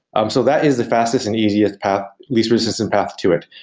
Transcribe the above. um so that is the fastest and easiest path, least resistant path to it.